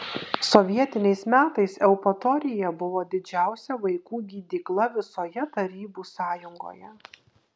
sovietiniais metais eupatorija buvo didžiausia vaikų gydykla visoje tarybų sąjungoje